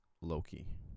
Loki